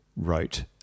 wrote